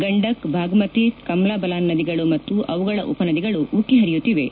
ಗಂಡಕ್ ಬಾಗ್ಮತಿ ಕಮ್ನಾಬಲಾನ್ ನದಿಗಳು ಮತ್ತು ಅವುಗಳ ಉಪನದಿಗಳು ಉಕ್ಕಿ ಹರಿಯುತ್ತಿವೆ